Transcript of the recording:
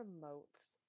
promotes